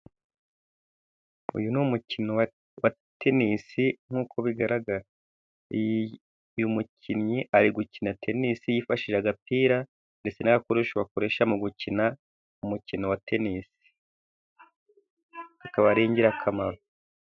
Uyu ni umukino wa tenisi nkuko bigaragara. Uyu mukinnyi ari gukina tenisi yifashishije agapira, ndetse n'agakoresho bakoresha mu gukina umukino wa tenisi, akaba ari ingirakamaro.